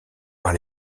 par